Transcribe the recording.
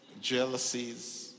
jealousies